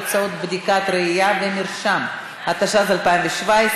התשע"ז 2017,